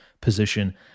position